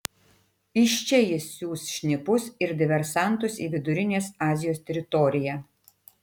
iš čia jis siųs šnipus ir diversantus į vidurinės azijos teritoriją